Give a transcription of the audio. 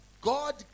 God